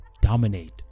dominate